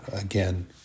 again